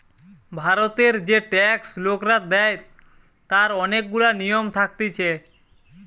ভারতের যে ট্যাক্স লোকরা দেয় তার অনেক গুলা নিয়ম থাকতিছে